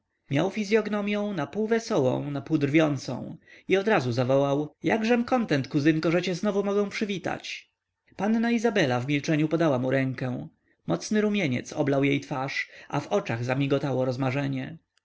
miał fizyognomią napół wesołą napół drwiącą i odrazu zawołał jakżem kontent kuzynko że cię znowu mogę przywitać panna izabela w milczeniu podała mu rękę mocny rumieniec oblał jej twarz a w oczach zamigotało rozmarzenie